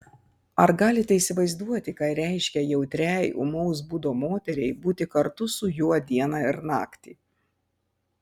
ar galite įsivaizduoti ką reiškia jautriai ūmaus būdo moteriai būti kartu su juo dieną ir naktį